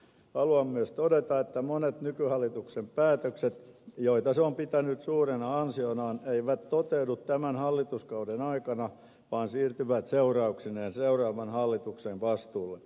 haluan myös todeta että monet nykyhallituksen päätökset joita hallitus on pitänyt suurina ansioinaan eivät toteudu tämän hallituskauden aikana vaan siirtyvät seurauksineen seuraavan hallituksen vastuulle